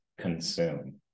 consume